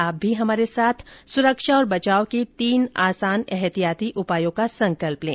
आप भी हमारे साथ सुरक्षा और बचाव के तीन आसान एहतियाती उपायों का संकल्प लें